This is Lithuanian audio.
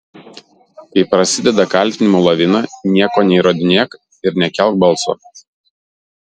kai prasideda kaltinimų lavina nieko neįrodinėk ir nekelk balso